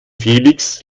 felix